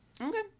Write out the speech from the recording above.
Okay